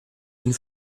une